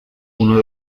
uno